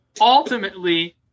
ultimately